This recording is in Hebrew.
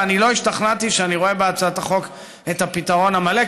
ולא השתכנעתי שאני רואה בהצעת החוק את הפתרון המלא,